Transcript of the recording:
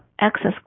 access